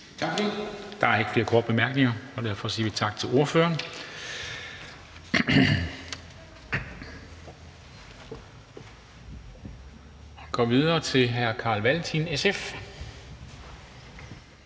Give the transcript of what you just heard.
Tak for det. Der er ikke flere korte bemærkninger, og derfor siger vi tak til ordføreren. Vi går videre til hr. Carl Valentin, SF.